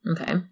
Okay